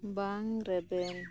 ᱵᱟᱝ ᱨᱮᱵᱮᱱ